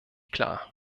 klar